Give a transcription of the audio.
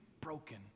broken